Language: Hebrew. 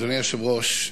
אדוני היושב-ראש,